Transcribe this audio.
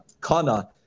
Connor